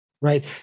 right